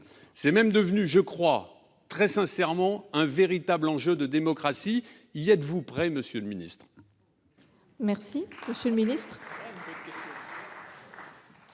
C’est même devenu, je le crois sincèrement, un véritable enjeu de démocratie. Y êtes vous prêt, monsieur le ministre ?